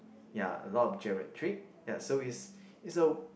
ya a lot of geriatric ya so is it's a